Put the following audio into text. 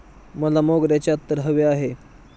मला मोगऱ्याचे अत्तर हवे आहे